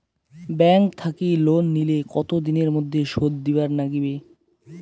Bank থাকি loan নিলে কতো দিনের মধ্যে শোধ দিবার নাগিবে?